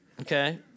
okay